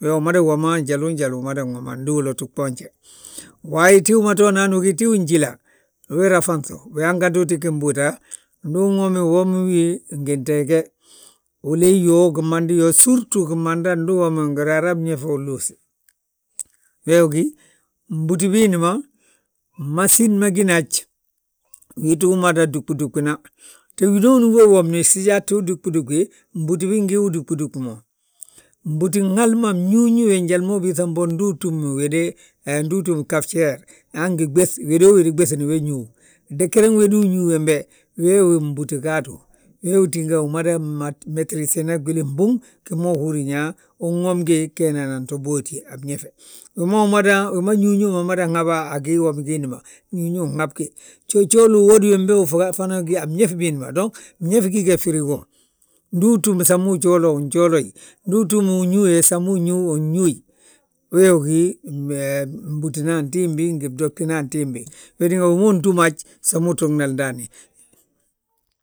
we umadawi woma njalu jali umadan woma, ndu wi loti gboonje. Waayi tíw ma tooni ugí tíw jíla, we raŧanŧu, we hanganti, uti gi mbúuta, ndu unwomi womi wi, ndi nteege, uleey gimandi yo, súrtu gimanda ndu uwomi wi ngi raara mñefi unluusi. Weewi gí mbúti biindi ma, masín ma gí haj, wii ttú mada dúɓiduɓina. Tée winooni we womni, gsijaa tti dúɓiduɓi, mbúti bi ngi bdúɓduɓi mo. Mbútin hal ma, mñuuñuwe njali ma ubiiŧa mbo, ndu utúm wéde, ndu túm bgajiyir hanu gi ɓéŧ, wédoo wédi ɓéŧini we ñuuw. Degere wédi uñuu wembe weewi mbúti gaadu, wee tínga wi mada merisena gwili gbúŋ, gima húri yaa, unwomgi geenan to bóoti a mñefe. Wi ma wi mada, wi ma ñuuñu ma madan habi a gii womi giindi ma, ñuuñu habgi. Jojooli uwodi wembe gí a mñef biindi ma, dong mñef gi gee, firigo, ndu utúm samu ujoolo, wi njooloyi, ndu utúm uñúwe samu uñúu win ñúuyi. Weewi gí mbútuna antiimbi, ngi ftótina antiimbi, we tínga wi ma utúm haj so utuugnali ndaani.